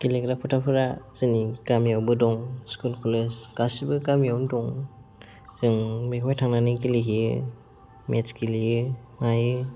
गेलेग्रा फोथारफ्रा जोंनि गामियावबो दं स्कुल कलेज गासिबो गामियावनो दं जों बेवहाय थांनानै गेलेहैयो मेट्च गेलेहैयो नायो